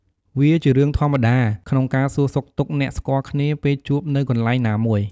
វាជារឿងធម្មតា ក្នុងការសួរសុខទុក្ខអ្នកស្គាល់គ្នាពេលជួបនៅកន្លែងណាមួយ។